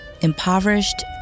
impoverished